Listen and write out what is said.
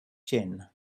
gin